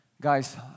guys